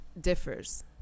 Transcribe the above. differs